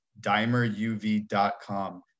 dimeruv.com